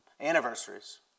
Anniversaries